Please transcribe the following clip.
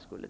Jag skall